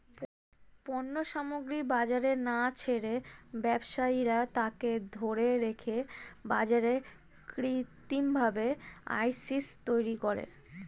পণ্য সামগ্রী বাজারে না ছেড়ে ব্যবসায়ীরা তাকে ধরে রেখে বাজারে কৃত্রিমভাবে ক্রাইসিস তৈরী করে